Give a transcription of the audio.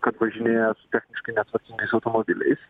kad važinėja techniškai netvarkingais automobiliais